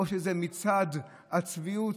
או שזה מצעד הצביעות,